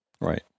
Right